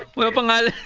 local mall